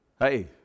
Hey